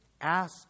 ask